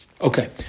Okay